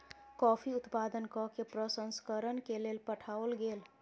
coffee उत्पादन कय के प्रसंस्करण के लेल पठाओल गेल